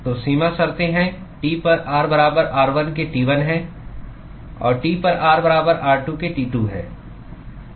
तो सीमा शर्तें हैं T पर r बराबर r1 के T1 है और T पर r बराबर r2 के T2 है